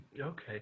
okay